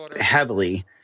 heavily